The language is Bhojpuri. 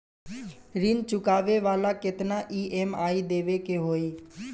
ऋण चुकावेला केतना ई.एम.आई देवेके होई?